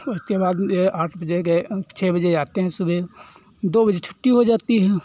उसके बाद यह आठ बजे गए छह बजे आते हैं सुबह दो बजे छुट्टी हो जाती है